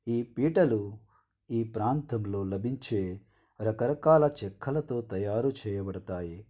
ఈ పీటలు ఈ ప్రాంతంలో లభించే రకరకాల చెక్కలతో తయారు చేయబడతాయి